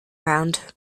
round